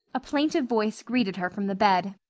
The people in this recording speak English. a plaintive voice greeted her from the bed.